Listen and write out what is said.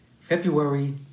February